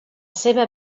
seva